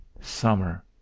Summer